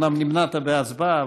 אומנם נמנעת בהצבעה,